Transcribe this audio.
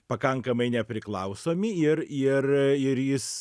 pakankamai nepriklausomi ir ir ir jis